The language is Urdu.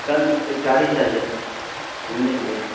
کل ایک گاڑی چاہیے گھومنے کے لیے